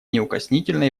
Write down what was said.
неукоснительно